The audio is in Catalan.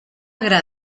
gra